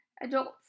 adults